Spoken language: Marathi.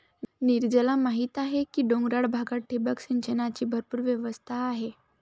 नीरजला माहीत आहे की डोंगराळ भागात ठिबक सिंचनाची भरपूर व्यवस्था आहे